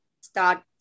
start